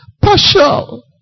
Partial